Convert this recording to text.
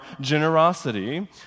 generosity